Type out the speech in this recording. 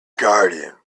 guardian